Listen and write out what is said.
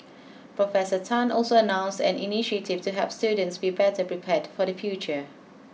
professor Tan also announced an initiative to help students be better prepared for the future